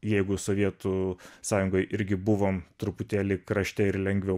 jeigu sovietų sąjungoj irgi buvom truputėlį krašte ir lengviau